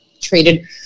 traded